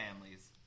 families